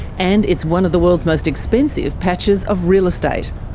and it's one of the world's most expensive patches of real estate.